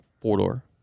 four-door